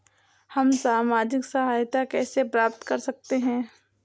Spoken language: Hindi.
हम सामाजिक सहायता कैसे प्राप्त कर सकते हैं?